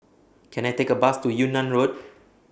Can I Take A Bus to Yunnan Road